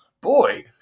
boy